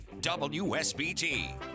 WSBT